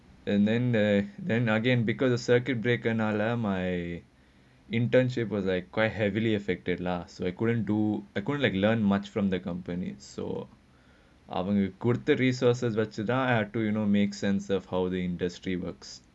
and then uh then again because the circuit breaker now lah my internship was like quite heavily affected lah so I couldn't do I couldn't like learn much from the accompanies so I quoted resources so now I have to you know make sense of how the industry works